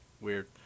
weird